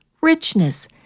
richness